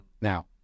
Now